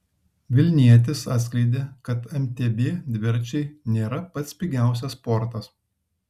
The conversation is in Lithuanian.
vilnietis atskleidė kad mtb dviračiai nėra pats pigiausias sportas